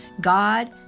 God